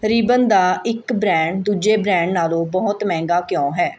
ribbon ਦਾ ਇੱਕ brand ਦੂਜੇ ਬ੍ਰੈਂਡ ਨਾਲੋਂ ਬਹੁਤ ਮਹਿੰਗਾ ਕਿਉਂ ਹੈ